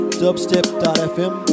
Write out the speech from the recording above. dubstep.fm